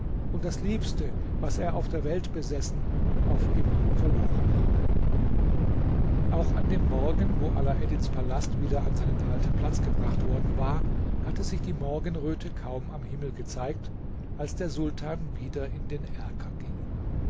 und das liebste was er auf der welt besessen auf immer verloren habe auch an dem morgen wo alaeddins palast wieder seinen alten platz gebracht worden war hatte sich die morgenröte kaum am himmel gezeigt als der sultan wieder in den erker ging